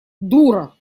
дура